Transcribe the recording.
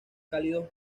cálidos